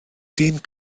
dyn